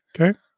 Okay